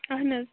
اَہَن حظ